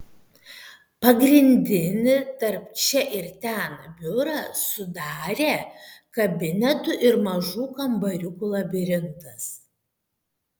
pagrindinį tarp čia ir ten biurą sudarė kabinetų ir mažų kambariukų labirintas